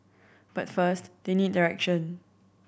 but first they need direction